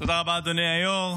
תודה רבה, אדוני היו"ר.